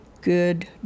good